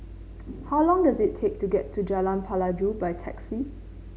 how long does it take to get to Jalan Pelajau by taxi